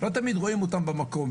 לא תמיד רואים אותם במקום.